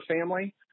family